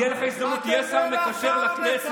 תהיה לך הזדמנות, תהיה שר מקשר לכנסת,